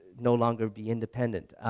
no longer be indepndent.